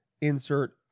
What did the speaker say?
insert